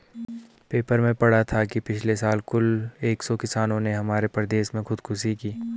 paper में पढ़ा था कि पिछले साल कुल एक सौ किसानों ने हमारे प्रदेश में खुदकुशी की